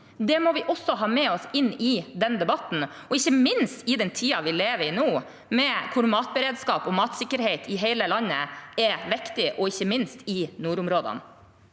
Det må vi også ha med oss inn i denne debatten, ikke minst i den tiden vi lever i nå, hvor matberedskap og matsikkerhet i hele landet er viktig – ikke minst i nordområdene.